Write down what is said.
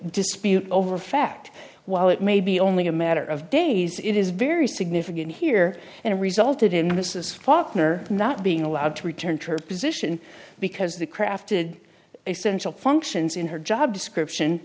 dispute over fact while it may be only a matter of days it is very significant here and resulted in this is faulkner not being allowed to return to her position because the crafted essential functions in her job description